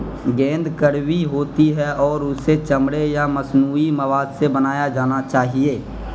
گیند کڑوی ہوتی ہے اور اسے چمڑے یا مصنوعی مواد سے بنایا جانا چاہیے